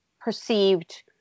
perceived